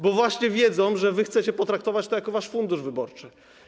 Bo właśnie wiedzą, że chcecie potraktować to jako wasz fundusz wyborczy.